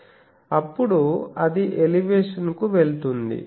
అప్పుడు అది ఎలివేషన్ కు వెళ్తుంది